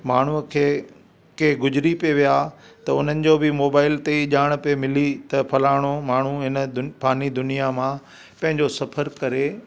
माण्हूअ खे के गुज़िरी पिए विया त उन्हनि जो बि मोबाइल ते ई ॼाण पिए मिली त फलाणो माण्हू हिन दु फ़ानी दुनिया मां पंहिंजो सफ़रु करे